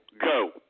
Go